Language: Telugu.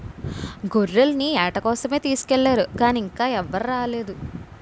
గొర్రెల్ని ఏట కోసమే తీసుకెల్లారు గానీ ఇంకా ఎవరూ రాలేదు